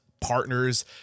partners